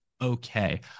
okay